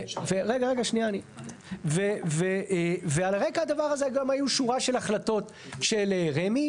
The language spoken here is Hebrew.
על רקע הדבר הזה גם היו שורה של החלטות של רמ"י,